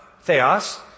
Theos